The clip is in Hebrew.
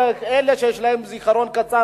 לאלה שיש להם זיכרון קצר,